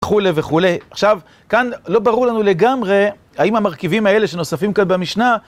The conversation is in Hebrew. וכולי וכולי. עכשיו, כאן לא ברור לנו לגמרי האם המרכיבים האלה שנוספים כאן במשנה